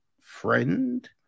friend